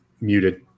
muted